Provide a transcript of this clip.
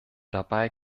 dabei